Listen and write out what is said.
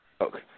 Okay